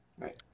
Right